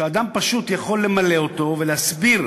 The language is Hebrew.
שאדם פשוט יכול למלא אותו ולהסביר